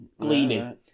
gleaming